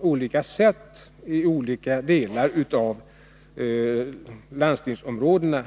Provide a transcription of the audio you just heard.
olika sätt i olika delar av landstingsområdena.